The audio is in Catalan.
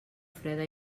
freda